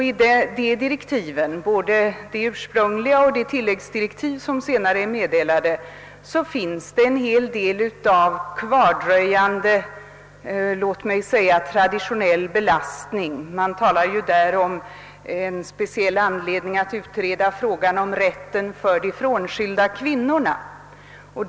I dessa — både de ursprungliga och de tilläggsdirektiv som meddelats — finns det en hel del av låt mig säga kvardröjande traditionell belastning. Det talas exempelvis enbart om behovet att utreda frågan om de frånskilda kvinnornas pensionsrätt.